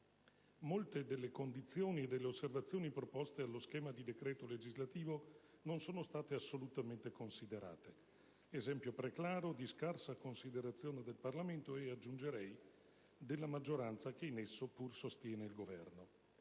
Molte delle condizioni e delle osservazioni proposte allo schema di decreto legislativo non sono state assolutamente considerate: esempio preclaro di scarsa considerazione del Parlamento e, aggiungerei, della maggioranza, che in esso pur sostiene il Governo.